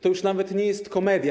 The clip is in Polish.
To już nawet nie jest komedia.